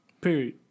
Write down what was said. Period